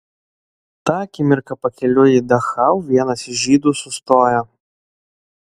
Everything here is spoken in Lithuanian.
tą akimirką pakeliui į dachau vienas iš žydų sustojo